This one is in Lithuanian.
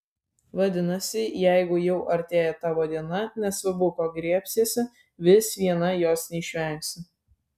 vadinasi jeigu jau artėja tavo diena nesvarbu ko griebsiesi vis viena jos neišvengsi